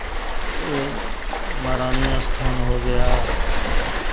महारानी स्थान हो गया